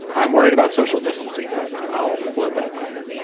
i'm worried about social distancing, but i'll float that by her.